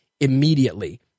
immediately